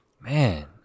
man